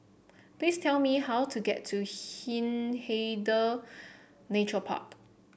please tell me how to get to Hindhede Nature Park